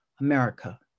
America